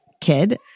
kid